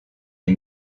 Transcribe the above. les